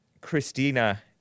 Christina